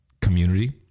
community